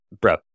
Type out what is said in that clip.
bro